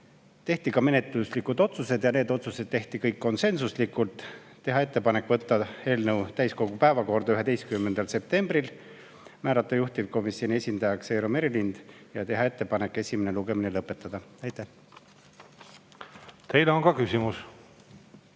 Tehti ka menetluslikud otsused, need otsused tehti kõik konsensuslikult: teha ettepanek võtta eelnõu täiskogu päevakorda 11. septembril, määrata juhtivkomisjoni esindajaks Eero Merilind ja teha ettepanek esimene lugemine lõpetada. Aitäh! Teile on ka küsimus.